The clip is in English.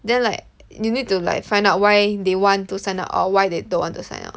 then like you need to like find out why they want to sign up or why they don't want to sign up